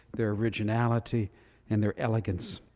their originality and their elegance.